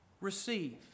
Receive